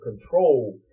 control